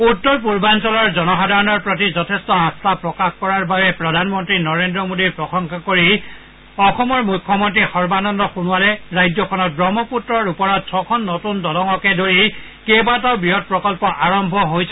উত্তৰ পূৰ্বাঞ্চলৰ জনসাধাৰণৰ প্ৰতি যথেই আম্ব প্ৰকাশ কৰাৰ বাবে প্ৰধানমন্নী নৰেন্দ্ৰ মেদীৰ প্ৰসংশা কৰি মুখ্যমন্তী সোনোৱালে ৰাজ্যত ব্ৰহ্মপুত্ৰৰ ওপৰত ছখন নতুন দলঙকে ধৰি কেইবাটাও বৃহৎ প্ৰকল্প আৰম্ভ হৈছে